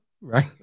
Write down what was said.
Right